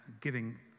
giving